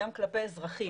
גם כלפי אזרחים.